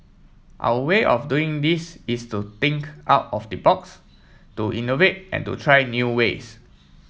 our way of doing this is to think out of the box to innovate and to try new ways